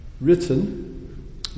written